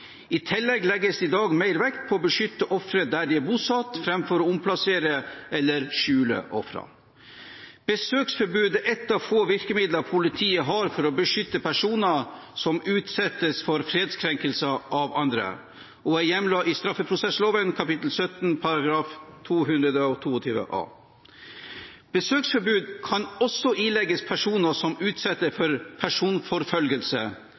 I tillegg legges det i dag mer vekt på å beskytte offeret der de er bosatt, framfor å omplassere eller skjule ofrene. Besøksforbud er ett av få virkemidler politiet har for å beskytte personer som utsettes for fredskrenkelser av andre, og er hjemlet i straffeprosessloven kapittel 17, § 222 a. Besøksforbud kan også ilegges personer som utsetter andre for